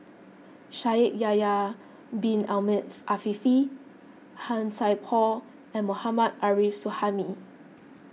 Shaikh Yahya Bin Ahmed Afifi Han Sai Por and Mohammad Arif Suhaimi